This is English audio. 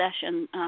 session